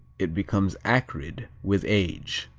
it becomes acrid with age.